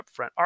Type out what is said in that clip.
upfront